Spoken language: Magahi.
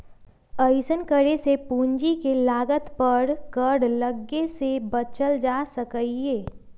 अइसन्न करे से पूंजी के लागत पर कर लग्गे से बच्चल जा सकइय